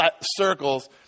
circles